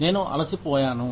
నేను అలసిపోయాను